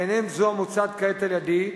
ביניהן זו המוצעת כעת על-ידי,